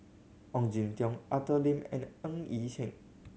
Ong Jin Teong Arthur Lim and Ng Yi Sheng